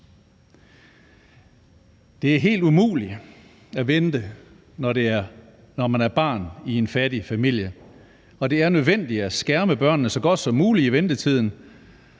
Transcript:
Det er helt umuligt at vente, når man er barn i en fattig familie, og det er nødvendigt at skærme børnene så godt som muligt i ventetiden,